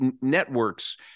networks